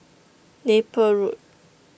Napier Road